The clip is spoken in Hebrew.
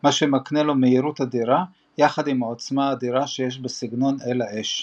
מה שמקנה לו מהירות אדירה יחד עם העוצמה האדירה שיש בסגנון 'אל האש'.